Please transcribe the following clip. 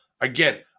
Again